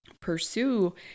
pursue